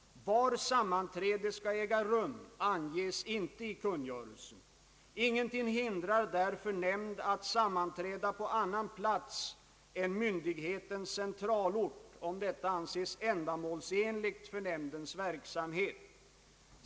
Var sammanträde skall äga rum anges inte i kungörelsen. Ingenting hindrar därför nämnd att sammanträda på annan plats än myndighetens centralort, om detta anses ändamålsenligt för nämndens verksamhet.